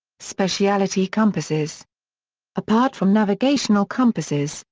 specialty compasses apart from navigational compasses,